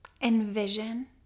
envision